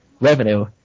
revenue